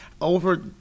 over